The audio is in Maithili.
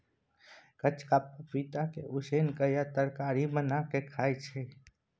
कचका पपीता के उसिन केँ या तरकारी बना केँ खाइ छै